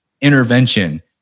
intervention